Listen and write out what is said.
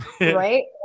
Right